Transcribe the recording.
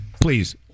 Please